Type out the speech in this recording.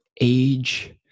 age